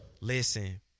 Listen